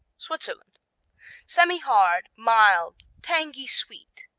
switzerland semihard mild tangy-sweet.